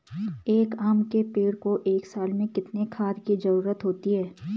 एक आम के पेड़ को एक साल में कितने खाद की जरूरत होती है?